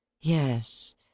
Yes